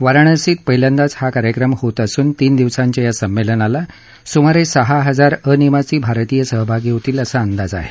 वाराणसीत पहिल्यांदाच हा कार्यक्रम होत असून तीन दिवसांच्या या संमेलनाला सुमारे सहा हजार अनिवासी भारतीय सहभागी होतील असा अंदाज आहे